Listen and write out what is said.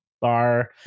bar